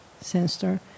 sensor